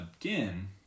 again